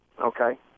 Okay